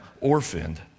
orphaned